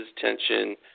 tension